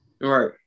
Right